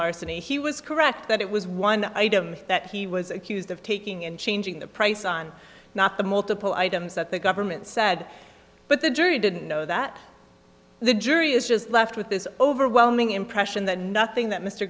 larceny he was correct that it was one that he was accused of taking and changing the price on not the multiple items that the government said but the jury didn't know that the jury is just left with this overwhelming impression that nothing that mr